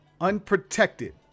unprotected